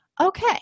Okay